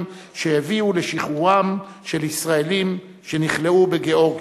שהביאו לשחרורם של ישראלים שנכלאו בגאורגיה.